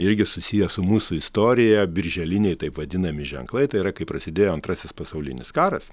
irgi susiję su mūsų istorija birželiniai taip vadinami ženklai tai yra kai prasidėjo antrasis pasaulinis karas